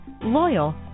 loyal